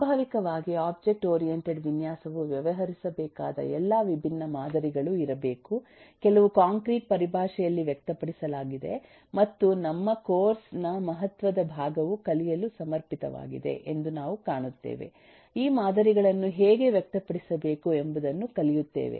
ಸ್ವಾಭಾವಿಕವಾಗಿ object oriented ವಿನ್ಯಾಸವು ವ್ಯವಹರಿಸಬೇಕಾದ ಎಲ್ಲಾ ವಿಭಿನ್ನ ಮಾದರಿಗಳು ಇರಬೇಕು ಕೆಲವು ಕಾಂಕ್ರೀಟ್ ಪರಿಭಾಷೆಯಲ್ಲಿ ವ್ಯಕ್ತಪಡಿಸಲಾಗಿದೆ ಮತ್ತು ನಮ್ಮ ಕೋರ್ಸ್ ನ ಮಹತ್ವದ ಭಾಗವು ಕಲಿಯಲು ಸಮರ್ಪಿತವಾಗಿದೆ ಎಂದು ನಾವು ಕಾಣುತ್ತೇವೆ ಈ ಮಾದರಿಗಳನ್ನು ಹೇಗೆ ವ್ಯಕ್ತಪಡಿಸಬೇಕು ಎಂಬುದನ್ನು ಕಲಿಯುತ್ತೇವೆ